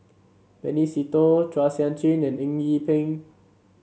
Benny Se Teo Chua Sian Chin and Eng Yee Peng